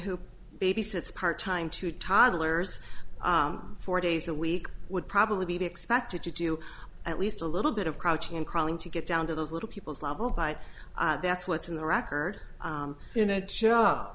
who babysits part time two toddlers four days a week would probably be expected to do at least a little bit of crouching and crawling to get down to those little people's level but that's what's in the record you know it show